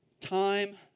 Time